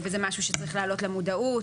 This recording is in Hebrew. וזה משהו שצריך להעלות למודעות.